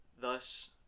Thus